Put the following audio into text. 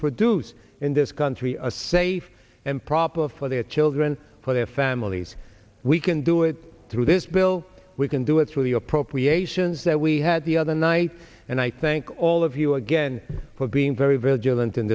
produced in this country a safe and prop up for the children for their families we can do it through this bill we can do it through the appropriations that we had the other night and i thank all of you again for being very